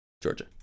Georgia